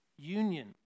union